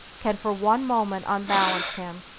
can for one moment unbalance him,